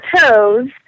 toes